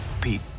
Pete